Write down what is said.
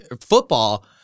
football